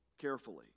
carefully